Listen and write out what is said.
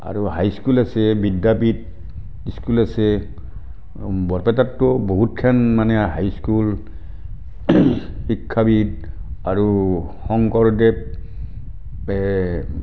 আৰু high school আছে Vidyapith school আছে বৰপেটাততো বহুতখেন মানে হাই স্কুল শিক্ষাবিদ আৰু শংকৰদেৱ